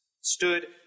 stood